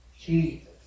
Jesus